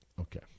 okay